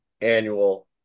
annual